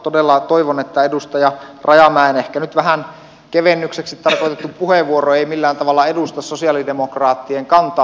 todella toivon että edustaja rajamäen ehkä nyt vähän kevennykseksi tarkoitettu puheenvuoro ei millään tavalla edusta sosialidemokraattien kantaa